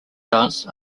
dance